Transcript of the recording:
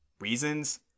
reasons